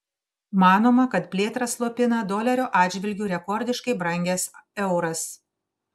manoma kad plėtrą slopina dolerio atžvilgiu rekordiškai brangęs euras